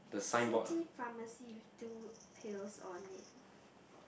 city pharmacy with two pills on it